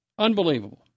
Unbelievable